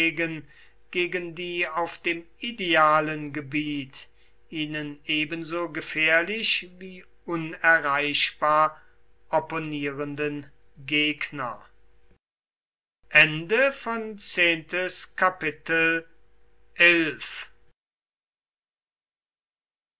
gegen die auf dem idealen gebiet ihnen ebenso gefährlich wie unerreichbar opponierenden gegner